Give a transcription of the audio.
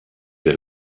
j’ai